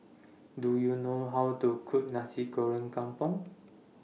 Do YOU know How to Cook Nasi Goreng Kampung